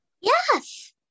Yes